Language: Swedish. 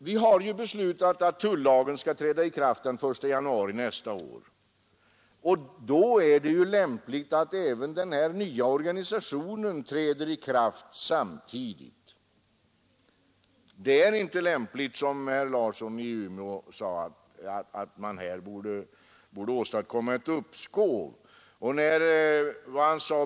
Vi har ju beslutat att tullagen skall träda i kraft den 1 januari nästa år, och det är ju lämpligt att även den här nya organisationen träder i kraft samtidigt. Det är inte lämpligt att åstadkomma ett uppskov, som herr Larsson i Umeå sade att man borde göra.